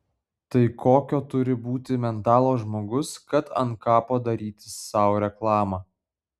tai kokio turi būti mentalo žmogus kad ant kapo darytis sau reklamą